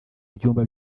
byumba